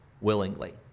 willingly